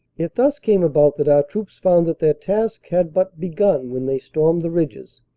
it thus came about that our troops found that their task had but begun when they stormed the ridges,